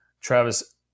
Travis